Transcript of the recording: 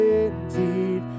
indeed